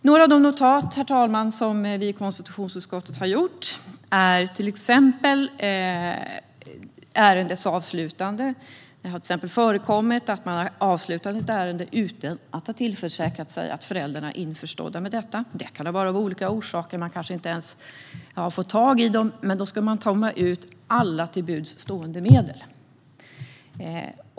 Några av de notat som vi i konstitutionsutskottet har gjort handlar exempelvis om ärendets avslutande. Det har förekommit att man har avslutat ett ärende utan att tillförsäkra sig om att föräldrarna är införstådda med detta. Det kan bero på olika orsaker. Man har kanske inte fått tag i dem, men då ska man uttömma alla till buds stående medel.